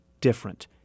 different